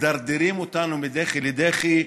מדרדרים אותנו מדחי אל דחי.